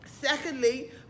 Secondly